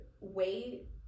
wait